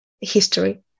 history